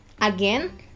Again